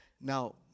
Now